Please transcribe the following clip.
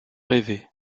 rêvé